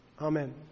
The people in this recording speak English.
Amen